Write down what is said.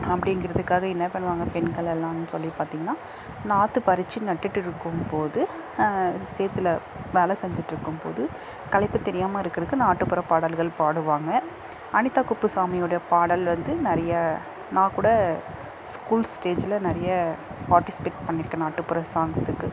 அப்படிங்கிறதுக்காக என்ன பண்ணுவாங்க பெண்களெல்லாம்னு சொல்லி பார்த்திங்கன்னா நாத்து பறித்து நட்டுகிட்டு இருக்கும் போது சேற்றுல வேலை செஞ்சுட்ருக்கும் போது களைப்பு தெரியாமல் இருக்கிறதுக்கு நாட்டுப்புற பாடல்கள் பாடுவாங்க அனிதா குப்புசாமிவுடைய பாடல் வந்து நிறைய நான் கூட ஸ்கூல் ஸ்டேஜில் நிறைய பார்ட்டிசிபேட் பண்ணியிருக்கேன் நாட்டுப்புற சாங்ஸ்ஸுக்கு